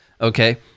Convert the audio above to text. Okay